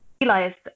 realized